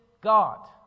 God